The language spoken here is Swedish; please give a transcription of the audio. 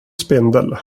spindel